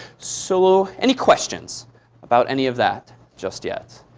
so any questions about any of that just yet?